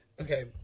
Okay